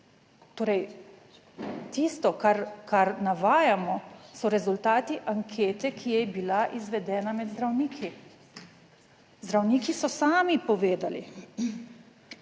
tisto, kar navajamo so rezultati ankete, ki je bila izvedena med zdravniki. Zdravniki so sami povedali,